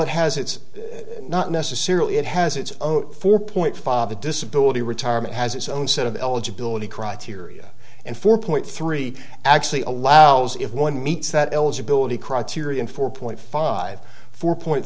it has it's not necessarily it has it's own four point five the disability retirement has its own set of eligibility criteria and four point three actually allows if one meets that eligibility criterion four point five four point